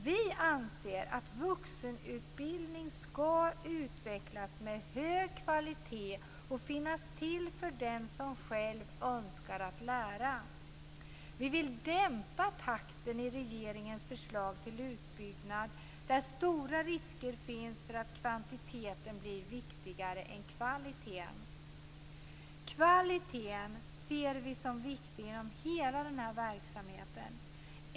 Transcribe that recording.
Vi anser att vuxenutbildning skall utvecklas med hög kvalitet och finnas till för dem som själva önskar att lära. Vi vill dämpa takten i regeringens förslag till utbyggnad där stora risker finns för att kvantiteten blir viktigare än kvaliteten. Kvaliteten ser vi som viktig i hela verksamheten.